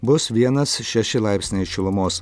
bus vienas šeši laipsniai šilumos